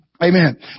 Amen